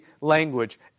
language